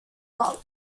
not